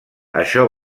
això